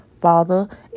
father